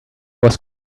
was